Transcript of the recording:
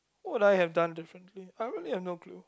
what would I have done differently I really have no clue